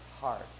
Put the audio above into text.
heart